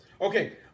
Okay